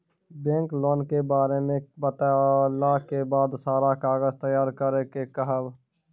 Bank loan के बारे मे बतेला के बाद सारा कागज तैयार करे के कहब?